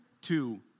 two